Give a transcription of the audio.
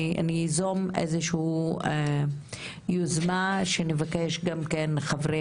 אני איזום איזו שהיא יוזמה שבה נבקש גם כן מחברי